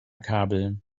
kabel